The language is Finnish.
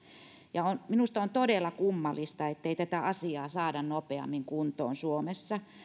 ja minusta on todella kummallista ettei tätä asiaa saada nopeammin kuntoon suomessa